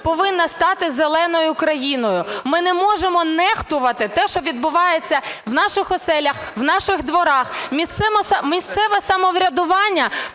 повинна стати зеленою країною, ми не хочемо нехтувати те, що відбувається у наших оселях, у наших дворах, місцеве самоврядування